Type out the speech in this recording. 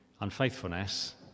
unfaithfulness